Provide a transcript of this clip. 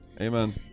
Amen